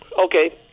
Okay